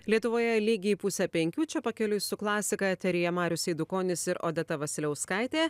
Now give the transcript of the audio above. lietuvoje lygiai pusę penkių čia pakeliui su klasika eteryje marius eidukonis ir odeta vasiliauskaitė